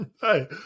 Hey